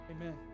amen